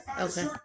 okay